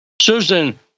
Susan